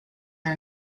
are